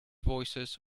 voices